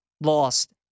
lost